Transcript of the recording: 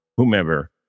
whomever